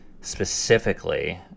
Specifically